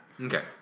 Okay